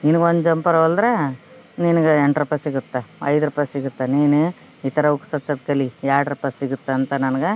ದಿನ್ಗೊಂದು jumper ಹೊಲ್ದರೇ ನಿನ್ಗ ಎಂಟು ರೂಪಾಯಿ ಸಿಗತ್ತ ಐದು ರೂಪಾಯಿ ಸಿಗತ್ತೆ ನೀನು ಈ ಥರ ಹುಕ್ಸ್ ಹಚ್ಚದು ಕಲಿ ಎರಡು ರೂಪಾಯಿ ಸಿಗತ್ತೆ ಅಂತ ನನ್ಗ